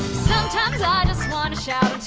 sometimes i just wanna shout,